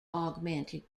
augmented